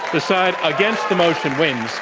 the side against the motion wins.